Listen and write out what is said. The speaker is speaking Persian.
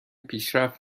پیشرفت